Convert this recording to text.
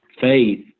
faith